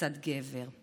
מצד גבר.